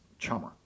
chummer